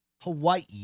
Hawaii